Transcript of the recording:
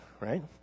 right